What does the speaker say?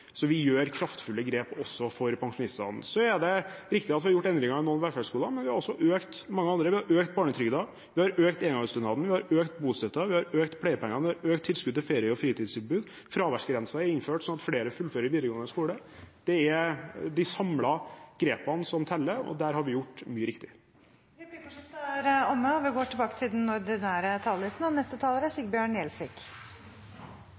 Så vi gjør kraftfulle grep også for pensjonistene. Så er det riktig at vi har gjort endringer i noen velferdsgoder, men vi har økt mange andre. Vi har økt barnetrygden, vi har økt engangsstønaden, vi har økt bostøtten, vi har økt pleiepengene, vi har økt tilskuddet til ferie- og fritidstilbud. Fraværsgrensen er innført, slik at flere fullfører videregående skole. Det er grepene samlet sett som teller, og der har vi gjort mye riktig. Replikkordskiftet er omme. Norge er et rikt land med enorme muligheter. Vi